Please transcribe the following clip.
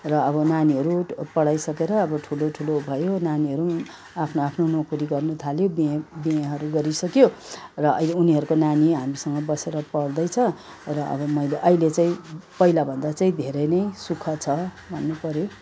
र अब नानीहरू पढाइसकेर अब ठुलो ठुलो भयो नानीहरू पनि आफ्नो आफ्नो नोकरी गर्न थाल्यो बिहे बिहेहरू गरिसक्यो र अहिले उनीहरूको नानी हामीसँग बसेर पढ्दैछ र अब मैले अहिले चाहिँ पहिलाभन्दा चाहिँ धेरै नै सुख छ भन्नु पऱ्यो